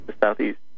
southeast